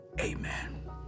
amen